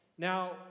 Now